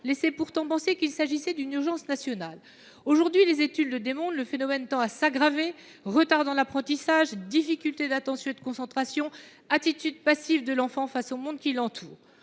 laissait penser qu’il s’agissait d’une urgence nationale. Aujourd’hui, les études le démontrent, le phénomène tend à s’aggraver : retards dans l’apprentissage ; difficultés d’attention et de concentration ; attitude passive de l’enfant face au monde qui l’entoure.